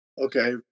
okay